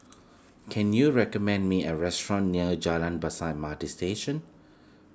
can you recommend me a restaurant near Jalan Besar M R T Station